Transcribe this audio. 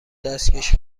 دستکش